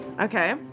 okay